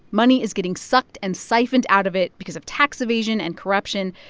money is getting sucked and siphoned out of it because of tax evasion and corruption.